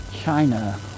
China